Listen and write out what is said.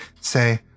say